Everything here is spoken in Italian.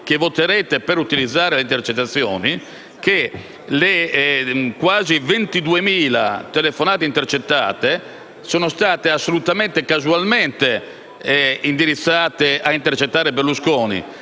che voterete per utilizzare le intercettazioni, che le quasi 22.000 telefonate intercettate sono state casualmente indirizzate a intercettare Berlusconi,